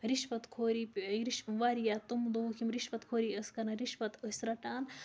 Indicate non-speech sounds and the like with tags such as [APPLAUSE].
رِشوَت خوری [UNINTELLIGIBLE] وارِیاہ تِم لوٗکھ یِم رِشوَت خوری ٲسۍ کَران رِشوَت ٲسۍ رَٹان